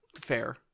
Fair